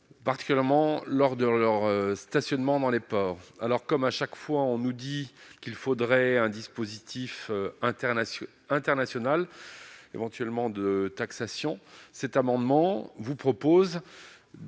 particulièrement lors de leur stationnement dans les ports alors comme à chaque fois on nous dit qu'il faudrait un dispositif international international éventuellement de taxation, cet amendement, vous propose